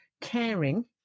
caring